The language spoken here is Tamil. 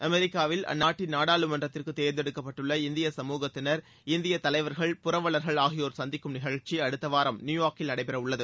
அமெரிக்காவில் அந்நாட்டின் நாடாளுமன்றத்தற்கு தேர்ந்தெடுக்கப்பட்டுள்ள இந்திய சமுகத்தினர் இந்திய தலைவர்கள் புரவலர்கள் ஆகியோர் சந்திக்கும் நிகழ்ச்சி அடுத்த வாரம் நியுயார்க்கில் நடைபெறவுள்ளது